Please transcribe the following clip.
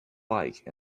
bike